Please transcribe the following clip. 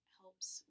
helps